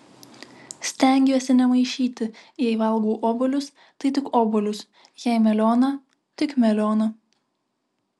stengiuosi nemaišyti jei valgau obuolius tai tik obuolius jei melioną tik melioną